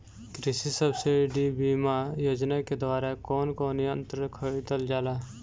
कृषि सब्सिडी बीमा योजना के द्वारा कौन कौन यंत्र खरीदल जाला?